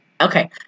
Okay